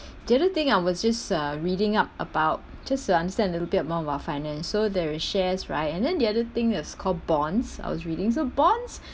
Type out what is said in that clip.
the other thing I was just uh reading up about just to understand a little bit more about finance so there is shares right and then the other thing that's called bonds I was reading so bonds